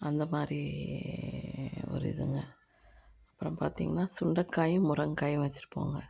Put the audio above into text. அந்தமாதிரி ஒரு இதுங்க அப்புறம் பார்த்திங்கன்னா சுண்டைக்காயும் முருங்கைக்காயும் வச்சுருப்போங்க